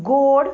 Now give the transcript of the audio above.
गोड